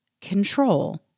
control